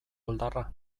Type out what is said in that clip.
oldarra